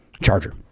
charger